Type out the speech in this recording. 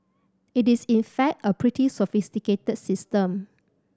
it is in fact a pretty sophisticated system